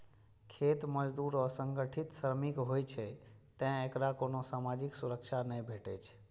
खेत मजदूर असंगठित श्रमिक होइ छै, तें एकरा कोनो सामाजिक सुरक्षा नै भेटै छै